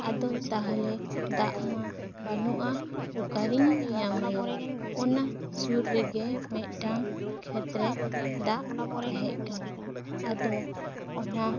ᱟᱫᱚ ᱛᱟᱦᱚᱞᱮ ᱫᱟᱜ ᱢᱟ ᱵᱟᱹᱱᱩᱜᱼᱟ ᱚᱠᱟᱨᱤᱧ ᱧᱟᱢᱟᱭᱟ ᱚᱱᱟ ᱥᱩᱨ ᱨᱮᱜᱮ ᱢᱤᱫᱴᱟᱝ ᱠᱷᱮᱛ ᱨᱮ ᱫᱟᱜ ᱛᱟᱦᱮᱸ ᱠᱟᱱᱟ ᱟᱫᱚ ᱚᱱᱟ